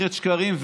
מסכת שקרים,